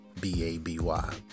B-A-B-Y